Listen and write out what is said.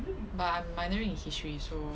but I'm minoring in history so